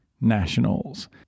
Nationals